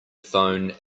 phone